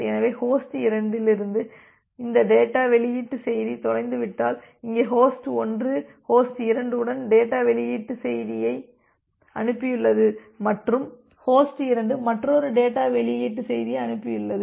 எனவே ஹோஸ்ட் 2 இலிருந்து இந்த டேட்டா வெளியீட்டு செய்தி தொலைந்துவிட்டால் இங்கே ஹோஸ்ட் 1 ஹோஸ்ட் 2 உடன் டேட்டா வெளியீட்டு செய்தியை அனுப்பியுள்ளது மற்றும் ஹோஸ்ட் 2 மற்றொரு டேட்டா வெளியீட்டு செய்தியை அனுப்பியுள்ளது